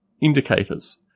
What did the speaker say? indicators